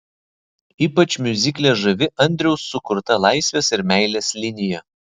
ypač miuzikle žavi andriaus sukurta laisvės ir meilės linija